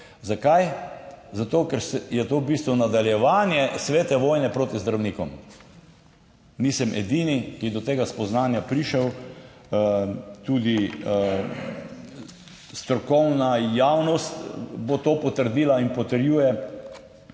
Zakaj? Zato, ker je to v bistvu nadaljevanje svete vojne proti zdravnikom, nisem edini, ki je do tega spoznanja prišel, tudi strokovna javnost bo to potrdila in potrjuje.